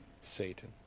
Satan